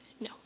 No